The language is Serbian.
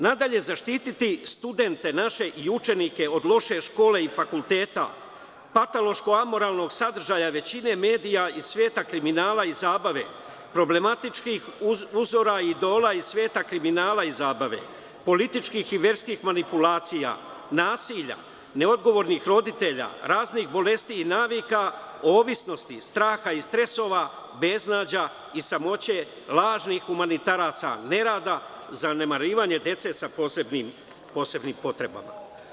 Nadalje zaštititi studente naše i učenike od loše škole i fakulteta, patološko amoralnog većina medija iz sveta kriminala i zabave, problematičkih uzora, idola iz sveta kriminala i zabave, političkih i verskih manipulacija, nasilja, neodgovornih roditelja, raznih bolesti i navika, ovisnosti strahova i stresova, beznađa i samoće, lažnih humanitaraca, nerada, zanemarivanje dece sa posebnim potrebama.